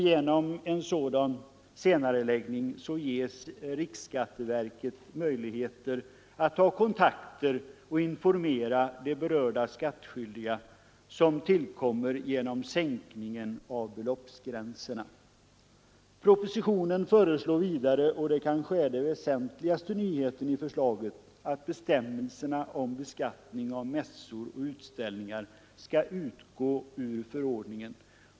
Genom en sådan senareläggning ges riksskatteverket möjligheter att ta kontakter och informera de berörda skattskyldiga som tillkommer genom sänkningen av beloppsgränserna. Propositionen föreslår vidare — det är kanske den väsentligaste nyheten i förslaget — att bestämmelserna om beskattning av mässor och utställningar skall utgå ur förordningen.